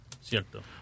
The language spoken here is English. Cierto